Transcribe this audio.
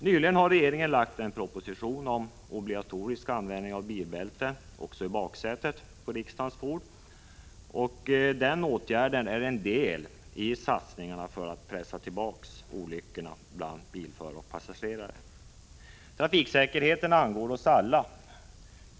Nyligen har regeringen lagt fram en proposition om obligatorisk användning av bilbälte också i baksätet. Den åtgärden är en del av satsningarna för att pressa tillbaka olyckorna bland bilförare och passagerare. Trafiksäkerheten angår oss alla.